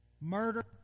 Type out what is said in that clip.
Murder